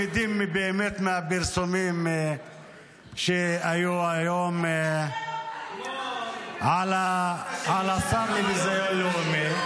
מה אנחנו למדים באמת מהפרסומים שהיו היום על השר לביזיון לאומי?